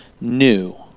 new